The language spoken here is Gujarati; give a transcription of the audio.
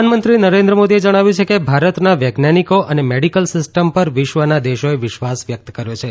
પ્રધાનમંત્રી નરેન્દ્ર મોદીએ જણાવ્યું છે કે ભારતના વૈજ્ઞાનીકો અને મેડીકલ સિસ્ટમ પર વિશ્વના દેશોએ વિશ્વાસ વ્યકત કર્યો છે